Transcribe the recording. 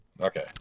Okay